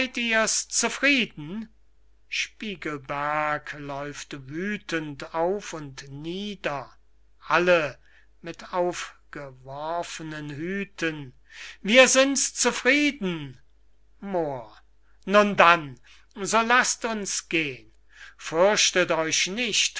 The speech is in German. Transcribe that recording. hüten wir sind's zufrieden moor nun dann so laßt uns geh'n fürchtet euch nicht